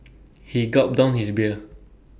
he gulped down his beer